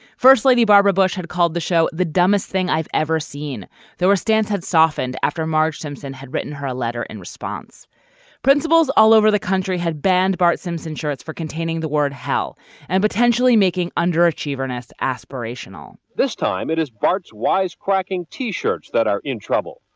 first lady barbara bush had called the show the dumbest thing i've ever seen though her stance had softened after marge simpson had written her a letter in response principles all over the country had banned bart simpson charts for containing the word hell and potentially making underachiever a. aspirational this time it is bart's wise cracking t shirts that are in trouble.